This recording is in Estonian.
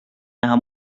näha